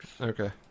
Okay